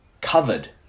Covered